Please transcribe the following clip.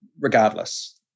regardless